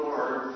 Lord